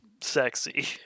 sexy